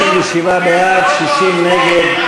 57 בעד, 60 נגד.